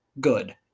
Good